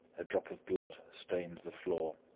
a drop of blood stained the floor.